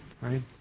right